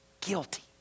guilty